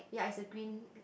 yea is a green